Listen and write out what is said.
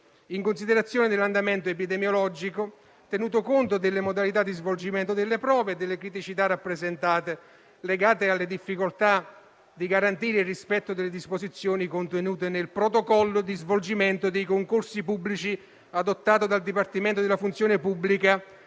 in considerazione dell'andamento epidemiologico, tenuto conto delle modalità di svolgimento delle prove e delle criticità rappresentate, legate alle difficoltà di garantire il rispetto delle disposizioni contenute nel protocollo di svolgimento dei concorsi pubblici, adottato dal Dipartimento della funzione pubblica